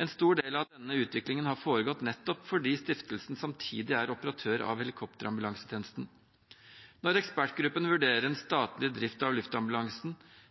En stor del av denne utviklingen har foregått nettopp fordi stiftelsen samtidig er operatør av helikopterambulansetjenesten. Når ekspertgruppen vurderer en statlig drift av luftambulansen,